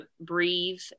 breathe